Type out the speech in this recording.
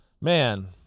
man